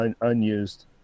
unused